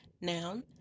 noun